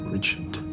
Richard